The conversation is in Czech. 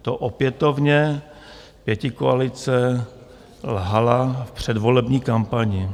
To opětovně pětikoalice lhala v předvolební kampani.